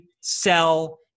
sell